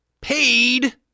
paid